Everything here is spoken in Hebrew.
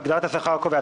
בהגדרת "השכר הקובע",